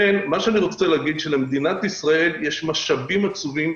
אני רוצה להגיד שלמדינת ישראל יש משאבים עצומים.